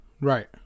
Right